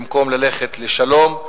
במקום ללכת לשלום,